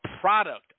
product